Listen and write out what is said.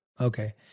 okay